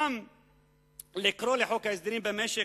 גם לקרוא לחוק ההסדרים במשק,